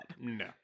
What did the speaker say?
no